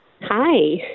Hi